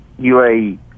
UAE